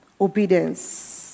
obedience